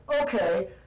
okay